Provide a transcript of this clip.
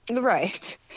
Right